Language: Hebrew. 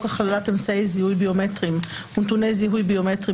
הכללת אמצעי זיהוי ביומטריים ונתוני זיהוי ביומטריים